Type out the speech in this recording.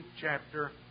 chapter